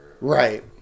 right